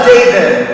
David